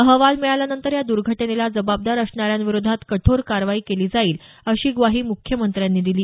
अहवाल मिळाल्यानंतर या दुर्घटनेला जबाबदार असणाऱ्यांविरोधात कठोर कारवाई केली जाईल अशी ग्वाही मुख्यमंत्र्यांनी दिली